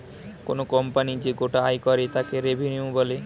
কোনো কোম্পানি যে গোটা আয় করে তাকে রেভিনিউ বলে